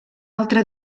altra